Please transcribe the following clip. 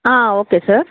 okay sir